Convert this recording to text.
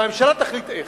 והממשלה תחליט איך.